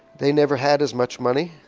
they never had as much money